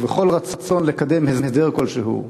ובכל רצון לקדם הסדר כלשהו,